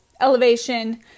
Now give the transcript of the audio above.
Elevation